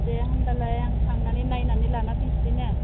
दे होमब्लालाय आं थांनानै नायनानै लाना फैनसै ने